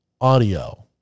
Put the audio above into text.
audio